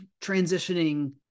transitioning